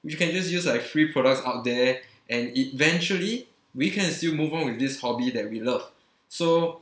you can just use like free products out there and eventually we can still move on with this hobby that we love so